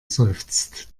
seufzt